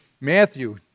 Matthew